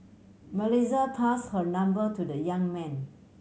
Melissa pass her number to the young man